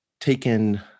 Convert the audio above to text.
taken